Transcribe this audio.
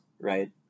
right